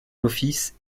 office